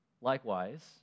Likewise